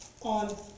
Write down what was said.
on